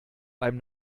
beim